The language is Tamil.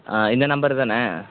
ஆ இந்த நம்பரு தானே